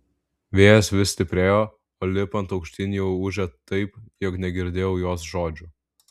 vėjas vis stiprėjo o lipant aukštyn jau ūžė taip jog negirdėjau jos žodžių